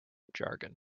jargon